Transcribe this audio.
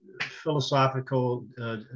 philosophical